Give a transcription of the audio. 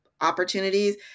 opportunities